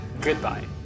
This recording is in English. Goodbye